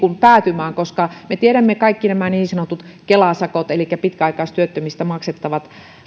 päätymään koska me tiedämme kaikki nämä niin sanotut kela sakot elikkä pitkäaikaistyöttömistä maksettavat